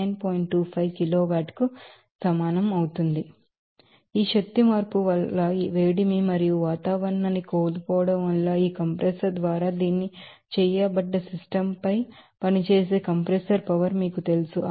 ఈ energy change వల్ల వేడిమి మరియు వాతావరణాన్ని కోల్పోవడం వల్ల ఈ కంప్రెసర్ ద్వారా పని చేయబడ్డ సిస్టమ్ పై పనిచేసే కంప్రెసర్ పవర్ మీకు తెలుసు